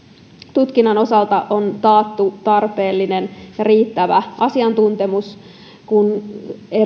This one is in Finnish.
tutkinnan osalta on taattu tarpeellinen ja riittävä asiantuntemus kun